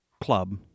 club